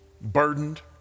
burdened